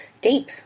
deep